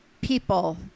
people